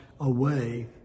away